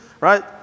Right